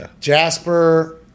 Jasper